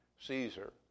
Caesar